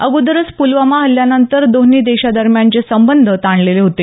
अगोदरच पुलवामा हल्ल्यानंतर दोन्ही देशांदरम्यानचे संबंध ताणलेले होते